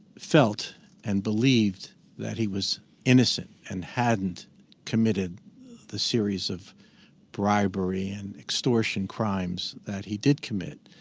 felt and believed that he was innocent and hadn't committed the series of bribery and extortion crimes that he did commit